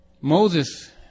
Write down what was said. Moses